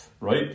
Right